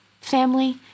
family